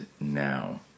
now